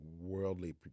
worldly